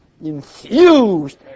infused